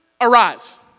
arise